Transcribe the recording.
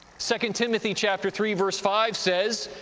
second timothy, chapter three, verse five says,